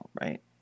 right